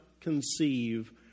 conceive